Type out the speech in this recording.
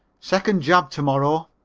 second jab to-morrow.